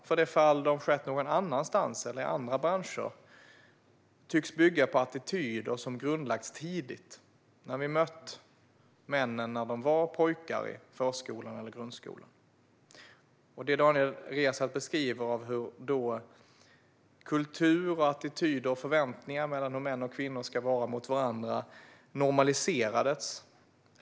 För det fall det har skett någon annanstans eller i andra branscher tycks det bygga på attityder som har grundlagts tidigt, när männen har varit pojkar i förskolan eller grundskolan. Daniel Riazat beskriver hur kultur, attityder och förväntningar på hur män och kvinnor ska vara mot varandra normaliserats där.